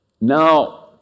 Now